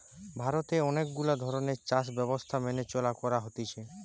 ভারতে অনেক গুলা ধরণের চাষ ব্যবস্থা মেনে চাষ করা হতিছে